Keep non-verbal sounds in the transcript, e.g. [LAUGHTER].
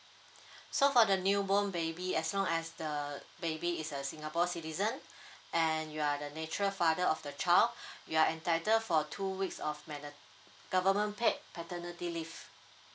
[BREATH] so for the new born baby as long as the baby is a singapore citizen [BREATH] and you are the natural father of the child [BREATH] you are entitle for two weeks of maner~ government paid paternity leave